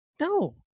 No